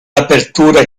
apertura